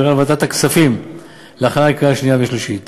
ולהעבירה לוועדת הכספים להכנה לקריאה שנייה ושלישית.